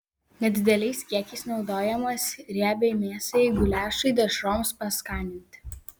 nedideliais kiekiais naudojamas riebiai mėsai guliašui dešroms paskaninti